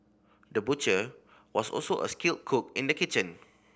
the butcher was also a skilled cook in the kitchen